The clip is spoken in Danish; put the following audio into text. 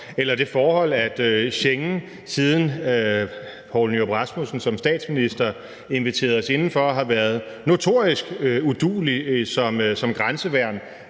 eller det forhold, at Schengensystemet, siden Poul Nyrup Rasmussen som statsminister inviterede os indenfor, har været notorisk udueligt som grænseværn,